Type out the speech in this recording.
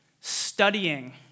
Studying